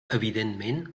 evidentment